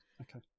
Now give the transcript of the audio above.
Okay